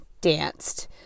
danced